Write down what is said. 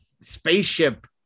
spaceship